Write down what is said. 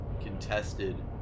contested